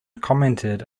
commented